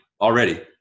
already